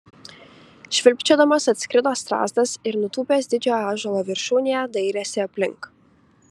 švilpčiodamas atskrido strazdas ir nutūpęs didžiojo ąžuolo viršūnėje dairėsi aplink